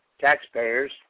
taxpayers